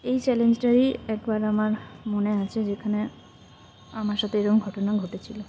এই চ্যালেঞ্জটাই একবার আমার মনে আছে যেখানে আমার সাথে এরম ঘটনা ঘটেছিলো